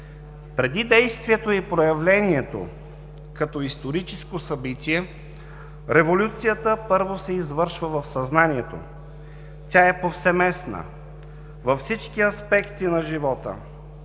Преди действието и проявлението като историческо събитие, революцията първо се извършва в съзнанието. Тя е повсеместна. Във всички аспекти на живота